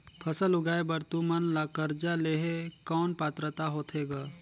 फसल उगाय बर तू मन ला कर्जा लेहे कौन पात्रता होथे ग?